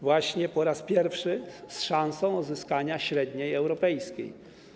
Właśnie po raz pierwszy jest szansa na uzyskanie średniej europejskiej.